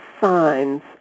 signs